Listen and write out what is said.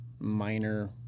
minor